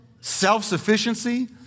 self-sufficiency